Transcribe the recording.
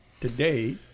Today